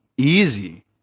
easy